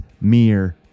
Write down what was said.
mere